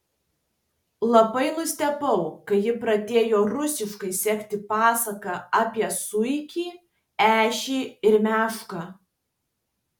labai nustebau kai ji pradėjo rusiškai sekti pasaką apie zuikį ežį ir mešką